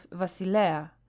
vasilea